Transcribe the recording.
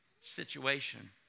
situation